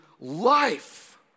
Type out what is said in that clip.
life